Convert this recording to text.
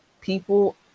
people